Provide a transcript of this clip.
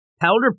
Powder